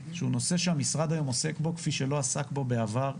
שהוא נושא שהמשרד היום עוסק בו כפי שלא עסק בו בעבר,